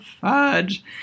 fudge